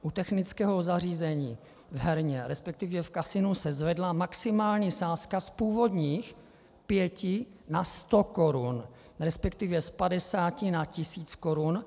U technického zařízení v herně, resp. v kasinu, se zvedla maximální sázka z původních 5 na 100 korun, resp. z 50 na 1000 korun.